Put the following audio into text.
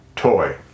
toy